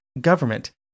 government